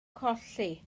colli